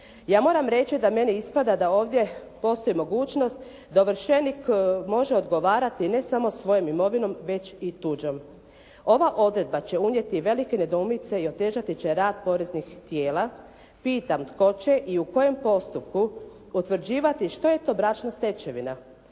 Ja moram reći da meni ispada da ovdje postoji mogućnost da ovršenik može odgovarati ne samo svojom imovinom već i tuđom. Ova odredba će unijeti velike nedoumice i otežati će rad poreznih tijela. Pitam tko će i u kojem postupku utvrđivati što je to bračna stečevina,